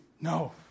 No